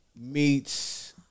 meets